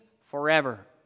forever